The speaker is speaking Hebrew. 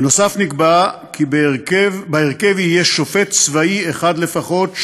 נוסף על כך נקבע כי בהרכב יהיה שופט צבאי אחד לפחות,